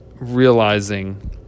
realizing